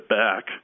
back